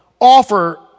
offer